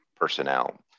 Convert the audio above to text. personnel